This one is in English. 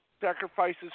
sacrifices